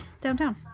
downtown